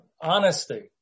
honesty